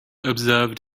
observed